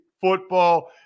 football